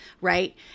right